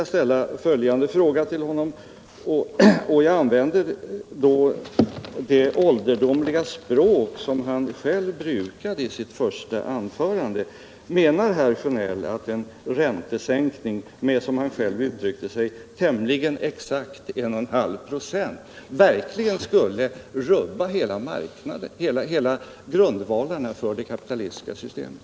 Jag ställer följande konkreta fråga, och jag använder då det speciella språk som Bengt Sjönell själv brukade i sitt första anförande: Menar Bengt Sjönell att en räntesänkning med tämligen exakt en och en halv procent verkligen skulle rubba hela grundvalen för det kapitalistiska systemet?